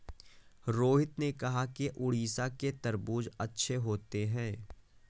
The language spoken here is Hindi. रोहित ने कहा कि उड़ीसा के तरबूज़ अच्छे होते हैं